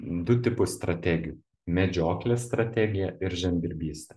du tipus strategijų medžioklės strategiją ir žemdirbystę